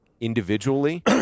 Individually